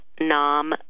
Nam